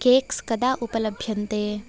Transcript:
cakes कदा उपलभ्यन्ते